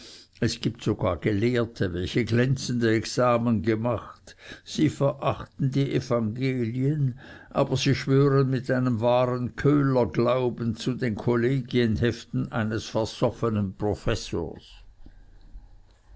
es gibt sogar gelehrte welche glänzende examen gemacht sie verachten die evangelien aber sie schwören mit einem wahren köhlerglauben zu den kollegienheften eines versoffenen professors